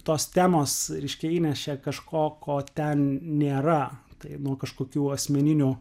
tos temos reiškia įnešė kažko ko ten nėra tai nuo kažkokių asmeninių